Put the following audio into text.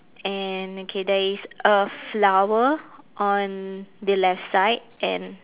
and okay there is a flower on the left side and